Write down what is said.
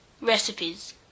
Recipes